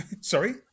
Sorry